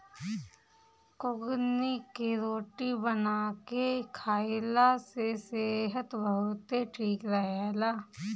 कुगनी के रोटी बना के खाईला से सेहत बहुते ठीक रहेला